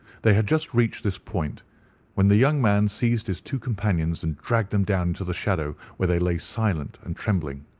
they had just reached this point when the young man seized his two companions and dragged them down into the shadow, where they lay silent and trembling.